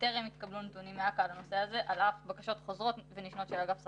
וטרם התקבלו נתונים בנושא הזה על אף בקשות חוזרות ונשנות של אגף שכר.